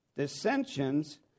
dissensions